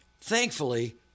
Thankfully